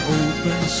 open